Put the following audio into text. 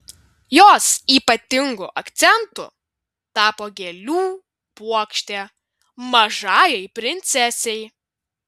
jos ypatingu akcentu tapo gėlių puokštė mažajai princesei